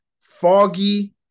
Foggy